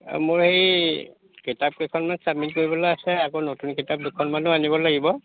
মোৰ এই কিতাপ কেইখনমান চাবমিট কৰিবলৈ আছে আকৌ নতুন কিতাপ দুখনমানো আনিব লাগিব